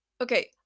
okay